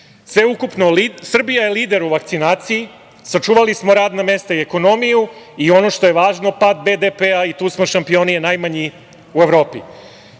Sveukupno, Srbija je lider u vakcinaciji. Sačuvali smo radna mesta i ekonomiju i ono što je važno – pad BDP i tu smo šampioni jer je najmanji u Evropi. Znači,